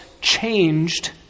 changed